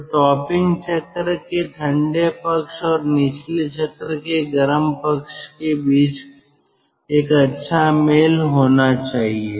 तो टॉपिंग चक्र के ठंडे पक्ष और निचले चक्र के गर्म पक्ष के बीच एक अच्छा मेल होना चाहिए